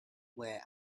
where